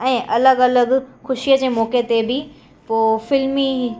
ऐं अलॻि अलॻि खुशीअ जे मौक़े ते बि पोइ फिल्मी